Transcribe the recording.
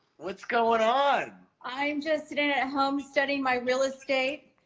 what's goin' on? i'm just sitting at home studying my real estate,